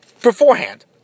beforehand